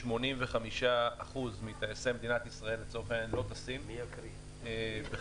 85% מטייסי מדינת ישראל לא טסים ואף מטוס